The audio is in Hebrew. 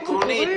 עקרונית,